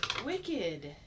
Wicked